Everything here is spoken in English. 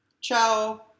Ciao